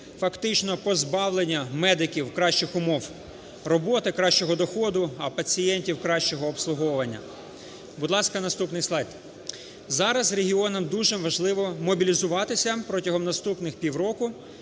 фактично позбавлення медиків кращих умов роботи, кращого доходу, а пацієнтів кращого обслуговування. Будь ласка, наступний слайд. Зараз регіонам дуже важливо мобізілуватися протягом наступних півроку.